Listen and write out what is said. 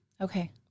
Okay